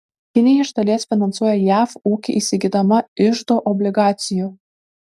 kinija iš dalies finansuoja jav ūkį įsigydama iždo obligacijų